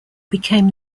became